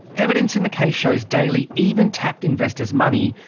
evidence in the case shows daly even tapped investors' money,